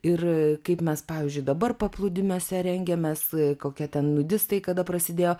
ir kaip mes pavyzdžiui dabar paplūdimiuose rengiamės kokie ten nudistai kada prasidėjo